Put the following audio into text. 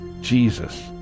Jesus